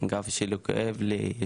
גב שלי כואב לי,